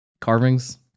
carvings